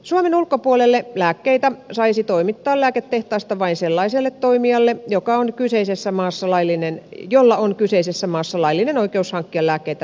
suomen ulkopuolelle lääkkeitä saisi toimittaa lääketehtaasta vain sellaiselle toimijalle joka on kyseisessä maassa laillinen jolla on kyseisessä maassa laillinen oikeus hankkia lääkkeitä lääketehtaasta